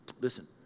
Listen